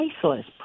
priceless